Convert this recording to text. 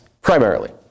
primarily